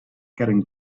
getting